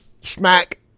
smack